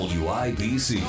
wibc